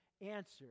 answer